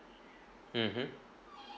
mmhmm